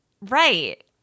right